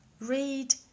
read